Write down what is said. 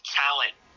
talent